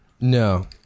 No